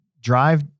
drive